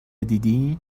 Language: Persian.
دیدی